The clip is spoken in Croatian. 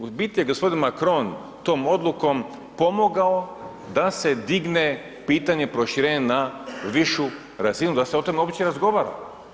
U biti je gospodin Macron tom odlukom pomogao da se digne pitanje proširenja na višu razinu i da se o tome obično razgovara.